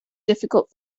difficult